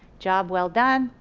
job well done,